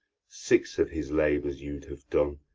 six of his labours you'd have done,